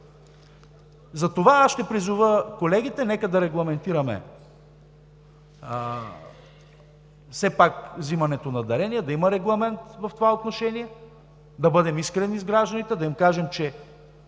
Затова ще призова колегите – нека да регламентираме вземането на дарения, да има регламент в това отношение, да бъдем искрени с гражданите, да им кажем, че